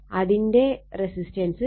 അതിന്റെ റസിസ്റ്റൻസ് 1